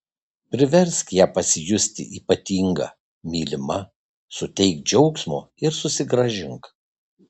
priversk ją pasijusti ypatinga mylima suteik džiaugsmo ir susigrąžink